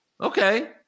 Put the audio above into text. okay